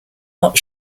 what